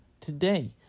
today